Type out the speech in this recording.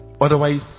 Otherwise